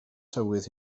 tywydd